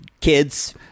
kids